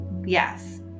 Yes